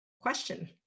Question